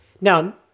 Now